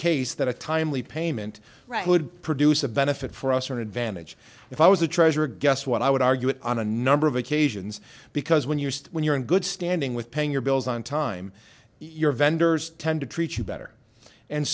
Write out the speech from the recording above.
case that a timely payment right would produce a benefit for us or an advantage if i was a treasurer guess what i would argue it on a number of occasions because when you're when you're in good standing with paying your bills on time your vendors tend to treat you better and